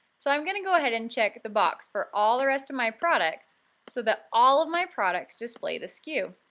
so i'm going to go ahead and check the box for all the rest of my products so that all of my products display the sku.